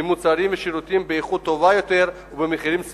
ממוצרים ושירותים באיכות טובה יותר ובמחירים סבירים.